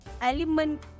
element